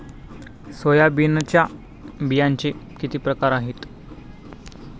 सोयाबीनच्या बियांचे किती प्रकार आहेत?